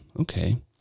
Okay